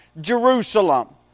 Jerusalem